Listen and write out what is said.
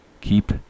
keep